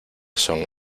son